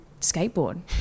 skateboard